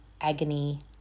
agony